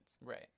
Right